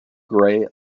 gray